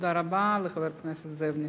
תודה רבה לחבר הכנסת זאב נסים.